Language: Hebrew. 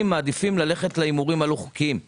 מעדיפים ללכת להימורים הלא חוקיים.